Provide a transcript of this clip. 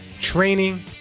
training